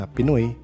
Pinoy